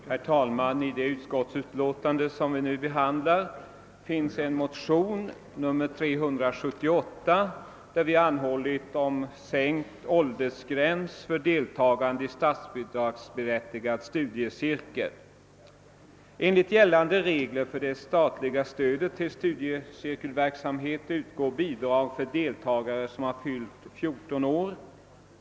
Herr talman! I föreliggande utlåtande behandlas motion II: 378, vari vi hemställer om sänkt åldersgräns för deltagande i stasbidragsberättigad studiecir kel. Enligt gällande regler för det statliga stödet till studiecirkelverksamhet utgår bidrag för deltagare som har fyllt 14 år.